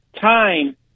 time